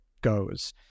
goes